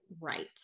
right